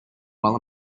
while